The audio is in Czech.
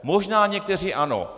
Možná někteří ano.